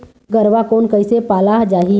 गरवा कोन कइसे पाला जाही?